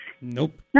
Nope